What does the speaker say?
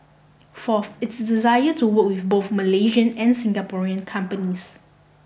fourth its desire to work with both Malaysian and Singaporean companies